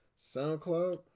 SoundCloud